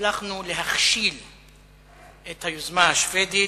שהצלחנו להכשיל את היוזמה השבדית,